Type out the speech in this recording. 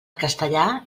castellà